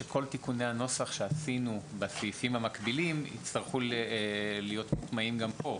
כל תיקוני הנוסח שעשינו בסעיפים המקבילים יצטרכו להיות מוטמעים גם כאן.